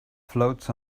floats